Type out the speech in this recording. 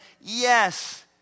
Yes